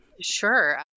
Sure